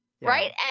Right